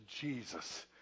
Jesus